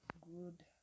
good